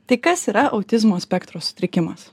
tai kas yra autizmo spektro sutrikimas